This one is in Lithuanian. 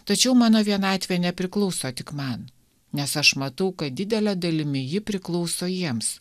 tačiau mano vienatvė nepriklauso tik man nes aš matau kad didele dalimi ji priklauso jiems